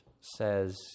says